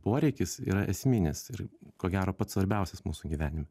poreikis yra esminis ir ko gero pats svarbiausias mūsų gyvenime